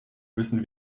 müssen